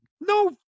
No